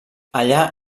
allà